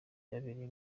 byabereye